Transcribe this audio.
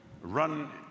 run